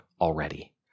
already